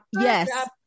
yes